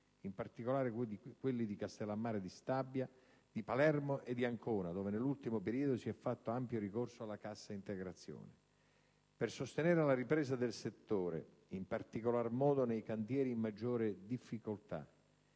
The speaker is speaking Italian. in particolare quelli di Castellammare di Stabia, di Palermo e di Ancona, dove nell'ultimo periodo si è fatto ampio ricorso alla cassa integrazione. Per sostenere la ripresa del settore, in particolar modo nei cantieri in maggiore difficoltà,